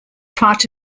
part